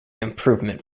improvement